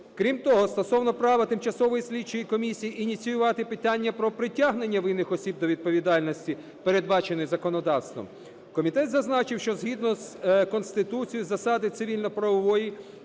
Крім того, стосовно права тимчасової слідчої комісії ініціювати питання про притягнення винних осіб до відповідальності, передбаченої законодавством, комітет зазначив, що згідно з Конституцією засади цивільно-правової